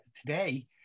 today